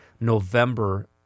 November